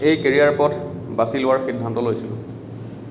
এই কেৰিয়াৰ পথ বাছি লোৱাৰ সিদ্ধান্ত লৈছিলোঁ